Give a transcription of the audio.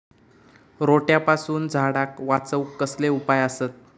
रोट्यापासून झाडाक वाचौक कसले उपाय आसत?